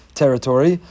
territory